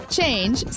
Change